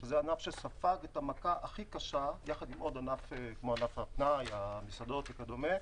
שזה ענף שספג את המכה הכי קשה יחד עם ענף הפנאי כמו מסעדות וכדומה.